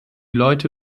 leute